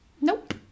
Nope